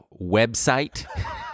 website